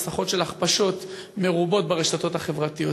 מסכות של הכפשות מרובות ברשתות החברתיות.